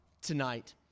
tonight